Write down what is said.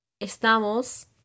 Estamos